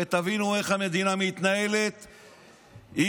ותבינו איך המדינה מתנהלת עם,